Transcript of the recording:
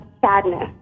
sadness